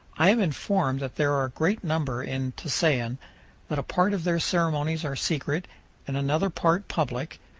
i am informed that there are a great number in tusayan, that a part of their ceremonies are secret and another part public,